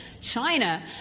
China